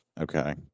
Okay